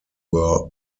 were